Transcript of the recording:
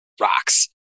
rocks